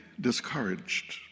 Discouraged